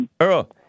Earl